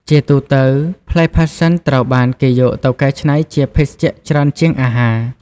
ជាទូទៅ ផ្លែផាសសិនត្រូវបានគេយកទៅកែច្នៃជាភេសជ្ជៈច្រើនជាងអាហារ។